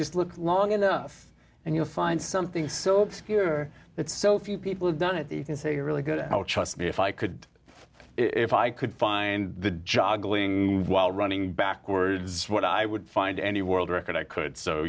just look long enough and you'll find something so secure that so few people have done it that you can say you're really good at all trust me if i could if i could find the juggling while running backwards what i would find any world record i could so